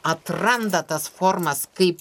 atranda tas formas kaip